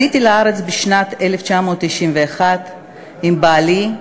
עליתי לארץ בשנת 1991 עם בעלי,